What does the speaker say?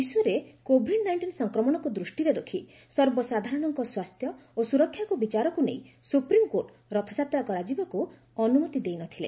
ବିଶ୍ୱରେ Covid nineteen ସଂକ୍ରମଣକୁ ଦୂଷ୍ଟିରେ ରଖି ସର୍ବସାଧାରଣଙ୍କ ସ୍ୱାସ୍ଥ୍ୟ ଓ ସୁରକ୍ଷାକୁ ବିଚାରକୁ ନେଇ ସୁପ୍ରିମ୍କୋର୍ଟ ରଥଯାତ୍ରା କରାଯିବାକୁ ଅନୁମତି ଦେଇ ନ ଥିଲେ